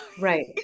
Right